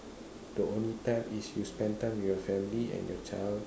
the only time is you spend time with your family and your child